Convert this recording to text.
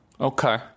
Okay